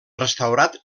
restaurat